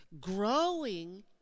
growing